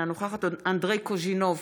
אינה נוכחת אנדרי קוז'ינוב,